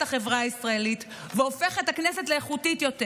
החברה הישראלית והופך את הכנסת לאיכותית יותר.